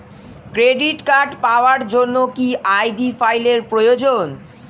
Credit card পাওয়ার জন্য কি আই.ডি ফাইল এর প্রয়োজন?